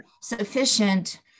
sufficient